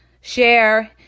share